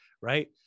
right